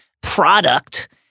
product